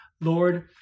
Lord